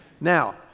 Now